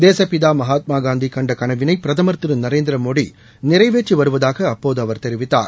தேசப்பிதா மகாத்மாகாந்தி கண்ட கனவினை பிரதமர் திரு நரேந்திரமோடி நிறைவேற்றி வருவதாக அப்பேது அவர் தெரிவித்தார்